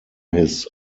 his